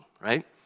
right